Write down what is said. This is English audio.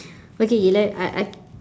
okay let I I